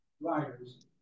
liars